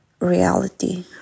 reality